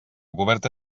coberta